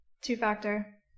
Two-factor